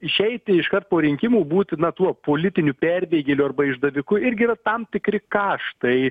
išeiti iškart po rinkimų būti na tuo politiniu perbėgėliu arba išdaviku irgi yra tam tikri kaštai